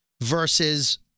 versus